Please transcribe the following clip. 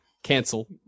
Cancel